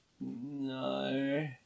No